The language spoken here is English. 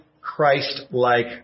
Christ-like